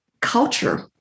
culture